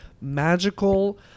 magical